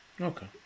okay